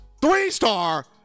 three-star